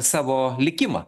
savo likimą